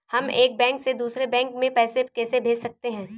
हम एक बैंक से दूसरे बैंक में पैसे कैसे भेज सकते हैं?